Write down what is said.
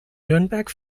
nürnberg